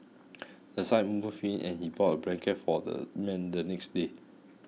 the sight moved him and he bought a blanket for the man the next day